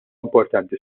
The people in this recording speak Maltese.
importanti